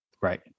Right